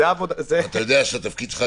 אתה יודע שהתפקיד שלך,